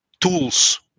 tools